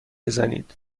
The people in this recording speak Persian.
بزنید